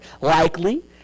likely